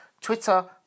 Twitter